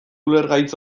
ulergaitz